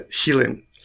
healing